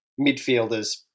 midfielders